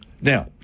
Now